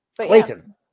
Clayton